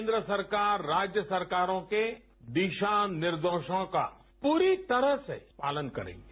केन्द्र सरकार राज्य सरकार के दिशा निर्देशों का पूरी तरह से पालन करेंगे